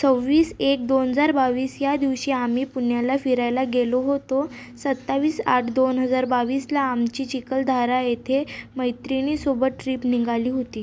सव्वीस एक दोन हजार बावीस या दिवशी आम्ही पुण्याला फिरायला गेलो होतो सत्तावीस आठ दोन हजार बावीसला आमची चिखलदरा येथे मैत्रिणीसोबत ट्रीप निघाली होती